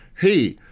hey,